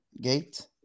Gate